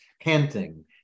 panting